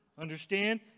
Understand